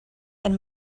and